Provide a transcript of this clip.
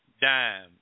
dime